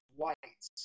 white